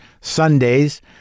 Sundays